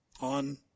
on